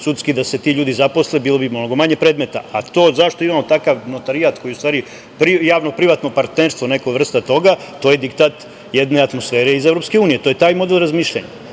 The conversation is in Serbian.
sudski, da se ti ljudi zaposle, bilo bi mnogo manje predmeta. To zašto imamo takav notarijat, koji je u stvari javno-privatno partnerstvo, neka vrsta toga, to je diktat jedne atmosfere iz EU. To je taj model razmišljanja,